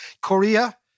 Korea